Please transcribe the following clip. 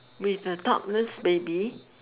with the topless baby